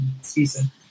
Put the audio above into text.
season